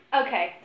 Okay